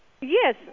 Yes